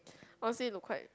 honestly looks quite